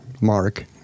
Mark